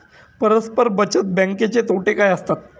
परस्पर बचत बँकेचे तोटे काय असतात?